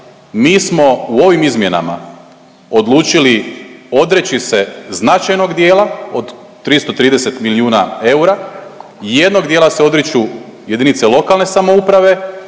Mi smo u ovim izmjenama odlučili odreći se značajnog dijela od 330 milijuna eura, jednog dijela se odriču JLS, a sada